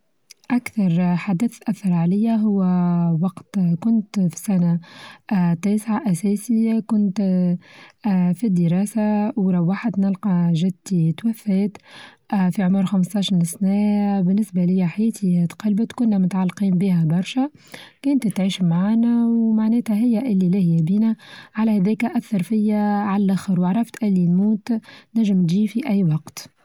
أكثر حدث أثر علي هو وقت كنت في سنة آآ تاسعة أساسي كنت آآ آآ في الدراسة وروحت نلقى چدتي توفت آآ في عمر خمسطاش من سنة بالنسبة ليا حياتي تقلبت كنا متعلقين بيها برشا كانت تعيشي معنا ومعناتها هي اللي لاهيا بينا على يديك أثر فيا عاللخر وعرفت إني نموت نچم تچي في اي وقت.